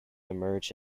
emerge